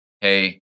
Hey